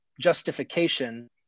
justification